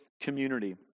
community